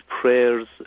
prayers